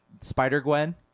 Spider-Gwen